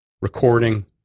recording